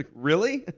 ah really?